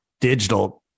digital